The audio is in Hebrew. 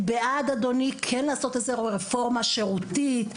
אני בעד כן לעשות איזה רפורמה שירותית,